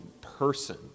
person